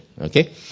Okay